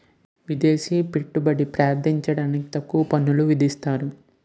విదేశీ పెట్టుబడి ప్రార్థించడానికి తక్కువ పన్నులు విధిస్తారు